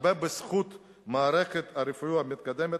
והרבה בזכות מערכת הרפואה המתקדמת,